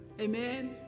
Amen